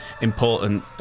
important